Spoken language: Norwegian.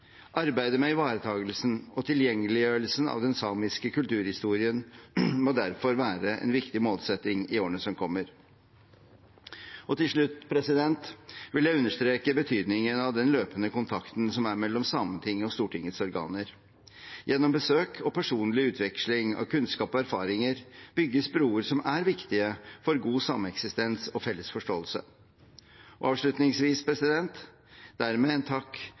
Arbeidet med ivaretagelsen og tilgjengeliggjørelsen av den samiske kulturhistorien må derfor være en viktig målsetting i årene som kommer. Til slutt vil jeg understreke betydningen av den løpende kontakten som er mellom Sametinget og Stortingets organer. Gjennom besøk og personlig utveksling av kunnskap og erfaringer bygges broer som er viktige for god sameksistens og felles forståelse. Avslutningsvis vil jeg dermed rette en takk